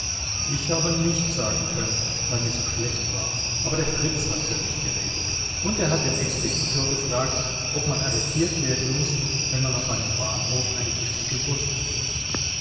ich habe nichts sagen können weil mir so schlecht war aber der fritz hat für mich geredet und er hat den expeditor gefragt ob man arretiert werden muß wenn man auf einem bahnhof eine giftige wurst kriegt